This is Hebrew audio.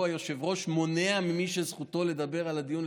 היושב-ראש מונע ממי שזכותו לדבר על הדיון,